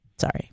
Sorry